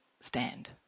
stand